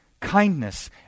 kindness